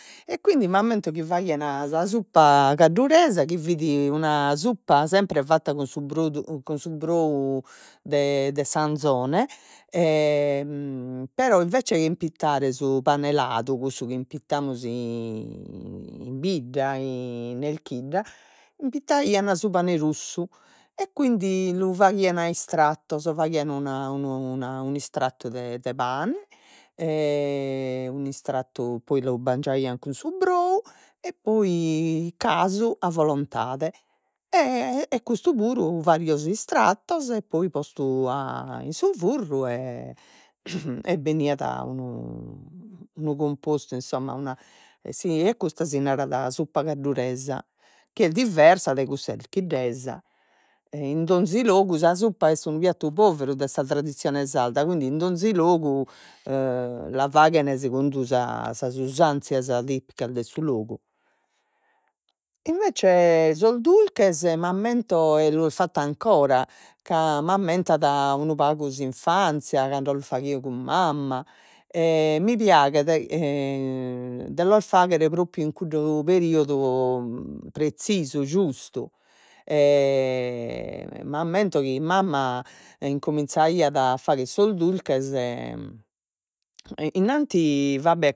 E quindi m'ammento chi faghian sa suppa cadduresa, chi fit una suppa sempre fatta cun su brodu cun su brou de de s'anzone, però invece 'e impittare su pane ladu, cussu ch'impittamus in bidda in 'Elchidda impittaian su pane russu, e quindi lu faghian a istratos faghian una una un'istratu de de pane e un'istratu poi lu bangiaian cun su brou e poi casu a volontade e e custu puru faghio sos istratos e poi postu a in su furru, e e beniat unu unu cumpostu insomma, una e custa si narat suppa cadduresa, chi est diversa dai cussa 'elchiddesa e in donzi logu sa suppa est unu piattu poveru de sa tradizione sarda, quindi in donzi logu, e la faghen segundu sa sas usanzias tipicas de su logu. E invece sos durches m'ammento e los fatto ancora ca m'ammentat unu pagu s'infanzia cando los faghio cun mamma, e mi piaghet e de los fagher propriu in cuddu periodu prezzisu, giustu m'ammento chi mamma incominzaiat a fagher sos durches e innanti va be'